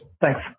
Thanks